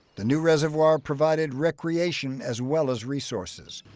the new reservoir provided recreation as well as resources,